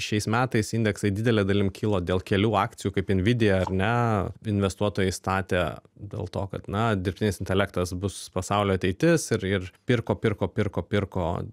šiais metais indeksai didele dalim kilo dėl kelių akcijų kaip nvidia ar ne investuotojai statė dėl to kad na dirbtinis intelektas bus pasaulio ateitis ir ir pirko pirko pirko pirko